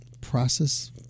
process